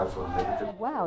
Wow